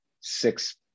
six